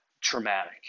traumatic